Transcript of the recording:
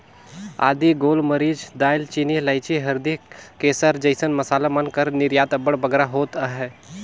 आदी, गोल मरीच, दाएल चीनी, लाइची, हरदी, केसर जइसन मसाला मन कर निरयात अब्बड़ बगरा होत अहे